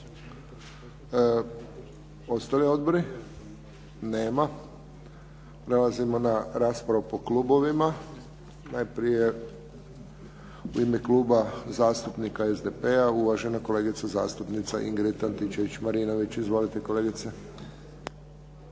Ostali odbori? Nema. Prelazimo na raspravu po klubovima. Najprije u ime Kluba zastupnika SDP-a uvažena kolegica zastupnica Ingrid Antičević-Marinović. Izvolite kolegice.